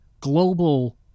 global